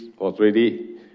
already